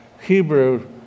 Hebrew